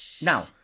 Now